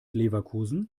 leverkusen